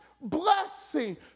blessing